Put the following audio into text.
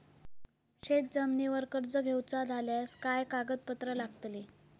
शेत जमिनीवर कर्ज घेऊचा झाल्यास काय कागदपत्र लागतली?